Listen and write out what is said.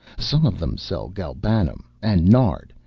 some of them sell galbanum and nard,